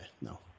No